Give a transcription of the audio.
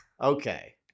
Okay